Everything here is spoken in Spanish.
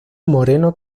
moreno